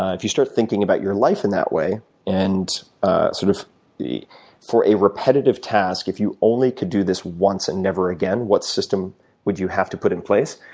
ah if you start thinking about your life in that way and sort of for a repetitive task if you only could do this once and never again, what system would you have to put in place?